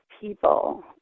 people